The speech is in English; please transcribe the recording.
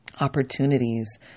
opportunities